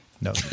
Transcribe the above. No